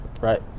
Right